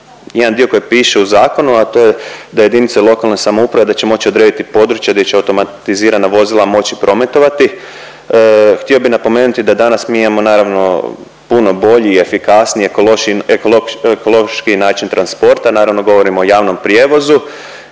jedan dio koji piše u zakonu, a to je da jedinice lokalne samouprave da će moći odrediti područja gdje će automatizirana vozila moći prometovati. Htio bi napomenuti da danas mi imamo naravno puno bolji i efikasniji i ekološkiji način transporta, naravno govorimo o javnom prijevozu